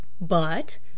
But